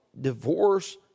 divorce